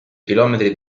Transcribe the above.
chilometri